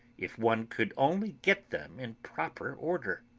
if one could only get them in proper order.